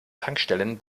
tankstellen